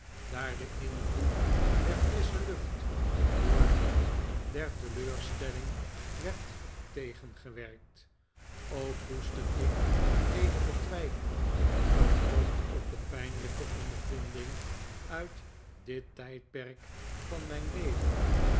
daar de invloed der frissche lucht door dien der teleurstelling werd tegengewerkt ook koester ik eenigen twijfel gegrond op de pijnlijke ondervinding uit dit tijdperk van mijn leven